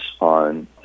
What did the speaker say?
on